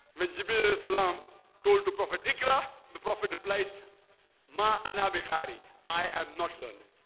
when jubilee sallam told to prophet akira the prophet replied ma, anna bukhari. i am not learning